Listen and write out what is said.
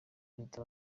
perezida